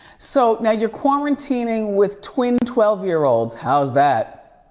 so, now you're quarantining with twin twelve year olds, how's that?